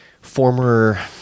former